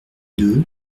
deux